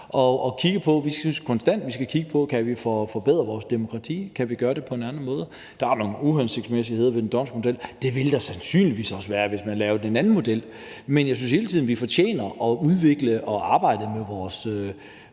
vi kan gøre det på nogle andre måder. Der er nogle uhensigtsmæssigheder ved den d'Hondtske model. Det ville der sandsynligvis også være, hvis man lavede en anden model. Men jeg synes, at vi hele tiden fortjener at udvikle og arbejde med vores